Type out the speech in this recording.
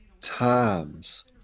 times